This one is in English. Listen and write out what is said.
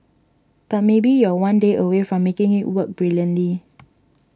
but maybe you're one day away from making it work brilliantly